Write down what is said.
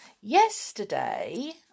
yesterday